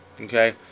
Okay